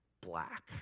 black